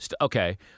okay